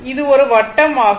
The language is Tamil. இது ஒரு வட்டம் ஆகும்